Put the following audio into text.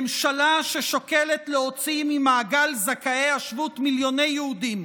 ממשלה ששוקלת להוציא ממעגל זכאי השבות מיליוני יהודים,